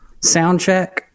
Soundcheck